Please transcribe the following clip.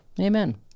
Amen